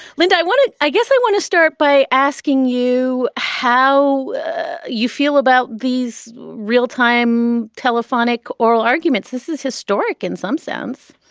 linda, i want to i guess i want to start by asking you how you feel about these real time telephonic oral arguments. this is historic in some sense